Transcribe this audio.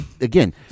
again